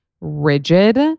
rigid